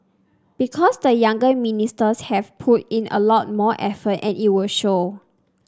because the younger ministers have put in a lot more effort and it will show